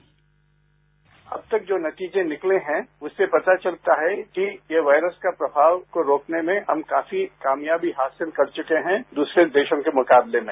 bite अब तक जो नतीजे निकले हैं उससे पता चलता है कि ये वायरस का प्रभाव को रोकने में हम काफी कामयाबी हासिल कर चुके हैं दूसरे देशों के मुकाबले में